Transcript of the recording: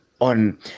on